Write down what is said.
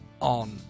On